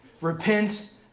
Repent